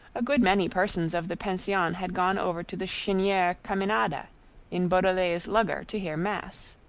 a good many persons of the pension had gone over to the cheniere caminada in beaudelet's lugger to hear mass.